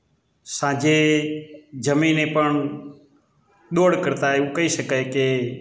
સાંજે જમીને પણ દોડ કરતાં એવું કહી શકાય કે